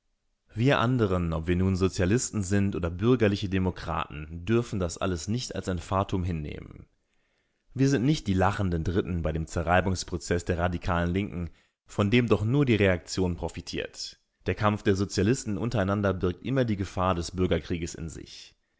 wir anderen ob wir nun sozialisten sind oder bürgerliche demokraten dürfen das alles nicht als ein fatum hinnehmen wir sind nicht die lachenden dritten bei dem